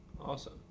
Awesome